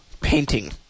painting